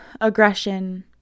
aggression